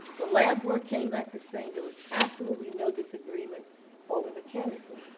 the lab work came back the same. there was absolutely no disagreement over the chemicals.